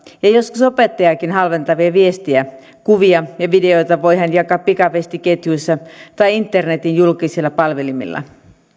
ja ja joskus opettajaakin halventavia viestejä kuvia ja videoita voidaan jakaa pikaviestiketjuissa tai internetin julkisilla palvelimilla